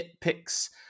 nitpicks